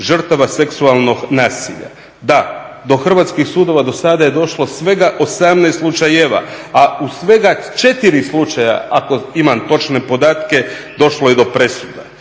žrtava seksualnog nasilja, da, do hrvatskih sudova do sada je došlo svega 18 slučajeva, a u svega 4 slučaja ako imam točne podatke došlo je do presuda.